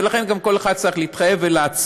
ולכן גם כל אחד חייב להתמודד ולהצהיר.